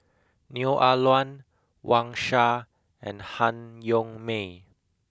Neo Ah Luan Wang Sha and Han Yong May